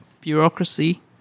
bureaucracy